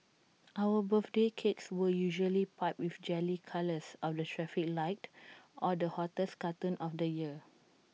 our birthday cakes were usually piped with jelly colours of the traffic light or the hottest cartoon of the year